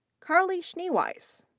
carly schneeweis.